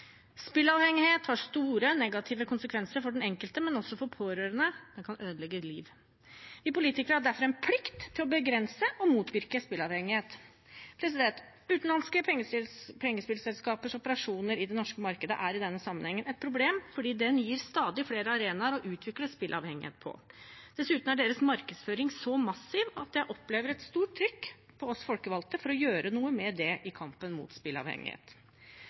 har store negative konsekvenser for den enkelte, men også for pårørende – det kan ødelegge liv. Vi politikere har derfor en plikt til å begrense og motvirke spilleavhengighet. Utenlandske pengespillselskapers operasjoner i det norske markedet er i denne sammenhengen et problem, for det gir stadig flere arenaer å utvikle spilleavhengighet på. Dessuten er deres markedsføring så massiv at jeg opplever et stort trykk på oss folkevalgte for å gjøre noe med det i kampen mot